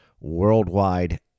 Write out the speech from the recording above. worldwide